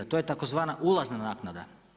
To je tzv. ulazna naknada.